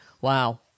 wow